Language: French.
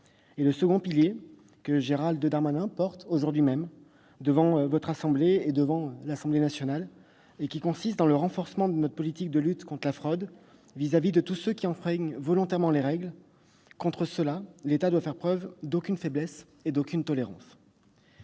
Le second, que Gérald Darmanin défend aujourd'hui même devant votre assemblée et devant l'Assemblée nationale, est le renforcement de notre politique de lutte contre la fraude. Contre tous ceux qui enfreignent volontairement les règles, l'État ne doit faire preuve d'aucune faiblesse ni d'aucune tolérance.